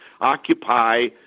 Occupy